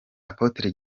apotre